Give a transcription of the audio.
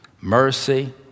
mercy